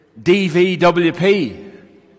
DVWP